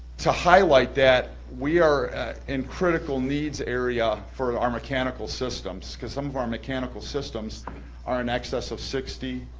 to highlight that, we are in critical needs area for our mechanical systems, because some of our mechanical systems are in excess of sixty,